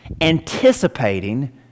anticipating